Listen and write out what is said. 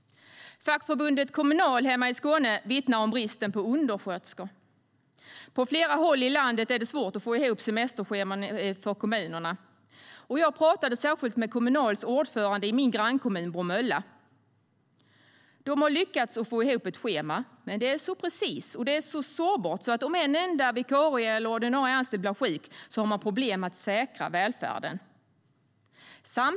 Fackförbundet Kommunal hemma i Skåne vittnar om bristen på undersköterskor. På flera håll i landet är det svårt att få ihop semesterscheman för kommunerna. Jag pratade särskilt med Kommunals ordförande i min grannkommun Bromölla. De har lyckats få ihop ett schema, men det är så precist och så sårbart att om en enda vikarie eller ordinarie anställd blir sjuk har man problem med att säkra välfärden. Herr talman!